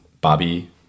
Bobby